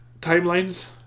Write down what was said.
timelines